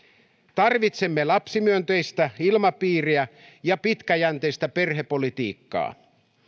tarvitsemme lapsimyönteistä ilmapiiriä ja pitkäjänteistä perhepolitiikkaa